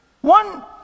one